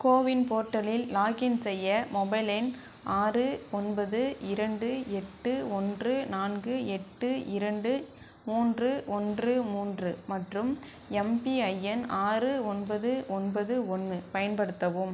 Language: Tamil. கோவின் போர்ட்டலில் லாக்இன் செய்ய மொபைல் எண் ஆறு ஒன்பது இரண்டு எட்டு ஒன்று நான்கு எட்டு இரண்டு மூன்று ஒன்று மூன்று மற்றும் எம்பிஐஎன் ஆறு ஒன்பது ஒன்பது ஒன்று பயன்படுத்தவும்